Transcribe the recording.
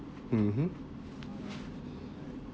mmhmm